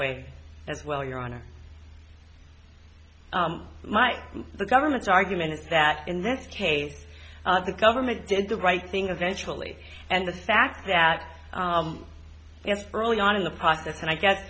as well your honor my the government's argument is that in this case the government did the right thing eventually and the fact that it's early on in the process and i